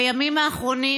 בימים האחרונים